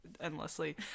endlessly